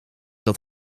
dat